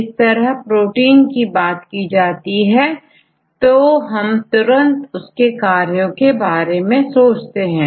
इस तरह यदि प्रोटीन की बात की जाती है तो हम तुरंत उसके कार्यों के बारे में सोचते हैं